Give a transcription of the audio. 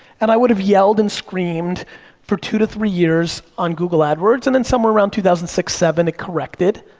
and i would have yelled and screamed for two to three years on google adwords, and then somewhere around two thousand and six, seven, it corrected.